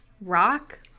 rock